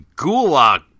gulag